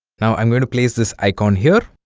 now i'm going to place this icon here